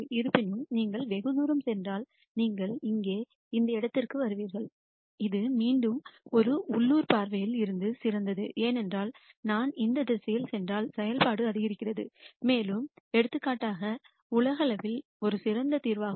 இருப்பினும் நீங்கள் வெகுதூரம் சென்றால் நீங்கள் இங்கே இந்த இடத்திற்கு வருவீர்கள் இது மீண்டும் ஒரு உள்ளூர் பார்வையில் இருந்து சிறந்தது ஏனென்றால் நான் இந்த திசையில் சென்றால் செயல்பாடு அதிகரிக்கிறது மேலும் எடுத்துக்காட்டாக உலகளவில் இது சிறந்த தீர்வாகும்